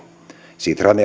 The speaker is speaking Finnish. sitran